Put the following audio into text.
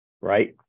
right